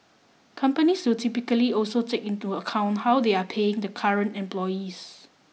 companies will typically also take into account how they are paying the current employees